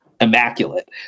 immaculate